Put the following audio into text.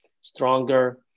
stronger